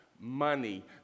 money